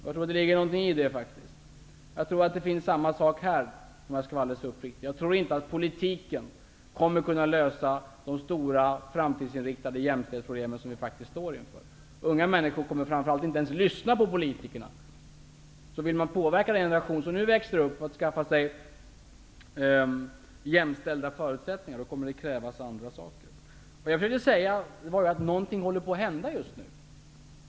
Jag tror att det ligger något i det. Jag tror att det är samma sak här, om jag skall vara helt uppriktig. Jag tror inte att politiken kommer att kunna lösa de stora, framtidsinriktade jämställdhetsproblem som vi står inför. Unga människor kommer inte ens att lyssna på politikerna. Vill man påverka den generation som nu växer upp att skaffa sig jämställda förutsättningar, kommer det att krävas andra saker. Vad jag försökte säga var att någonting håller på att hända just nu.